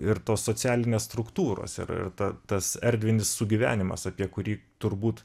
ir tos socialinės struktūros ir ir ta tas erdvinis sugyvenimas apie kurį turbūt